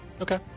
okay